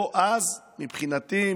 או-אז מבחינתי,